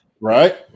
Right